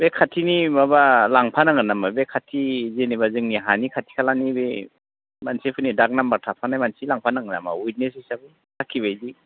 बे खाथिनि माबा लांफा नांगोन नामा बे खाथि जेनेबा जोंनि हानि खाथि खालानि बे मानसिफोरनि दाग नाम्बार थाफानाय मानसि लांफा नांगोन नामा उइटनेस हिसाबै साखिबायदि